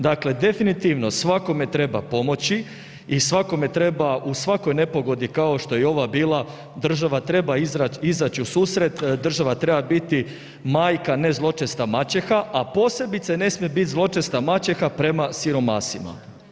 Dakle, definitivno svakome treba pomoći i svakome treba u svakoj nepogodi kao što je i ova bila država treba izaći u susret, država treba biti majka, a ne zločesta maćeha, a posebice ne smije biti zločesta maćeha prema siromasima.